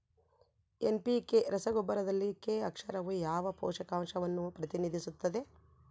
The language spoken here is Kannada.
ಎನ್.ಪಿ.ಕೆ ರಸಗೊಬ್ಬರದಲ್ಲಿ ಕೆ ಅಕ್ಷರವು ಯಾವ ಪೋಷಕಾಂಶವನ್ನು ಪ್ರತಿನಿಧಿಸುತ್ತದೆ?